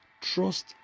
trust